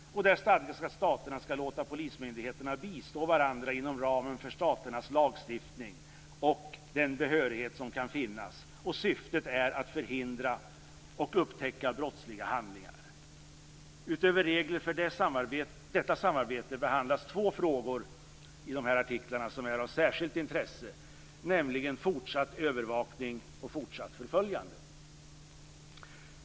Där stadgas att staterna skall låta polismyndigheterna bistå varandra inom ramen för staternas lagstiftning och den behörighet som kan finnas. Syftet är att förhindra och upptäcka brottsliga handlingar. Utöver regler för detta samarbete behandlas två frågor som är av särskilt intresse, nämligen fortsatt övervakning och fortsatt förföljande.